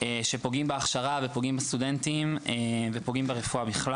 מה שפוגע בהכשרה ובסטודנטים ובכלל ברפואה.